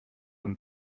und